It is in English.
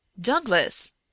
Douglas